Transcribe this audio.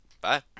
Bye